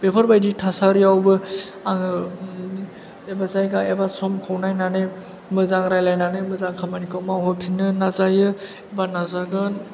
बेफोर बादि थासारियावबो आङो एबा जायगा एबा समखौ नायनानै मोजां रायलायनानै मोजां खामानिखौ मावहोफिन्नो नाजायो बा नाजागोन